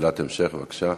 שאלת המשך, בבקשה.